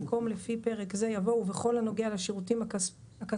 במקום "לפי פרק זה" יבוא "בכל הנוגע לשירותים הכספיים".